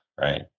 right